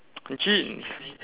jeans